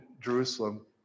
Jerusalem